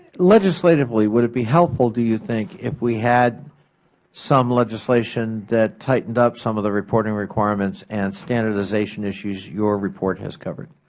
legislatively, would it be helpful, do you think, if we had some legislation that tightened up some of the reporting requirements and standardization issues your report has covered?